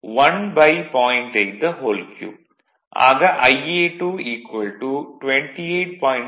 ஆக Ia2 28